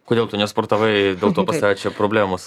kodėl tu nesportavai dėl to pas tave čia problemos